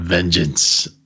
Vengeance